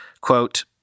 Quote